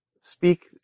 speak